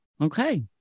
Okay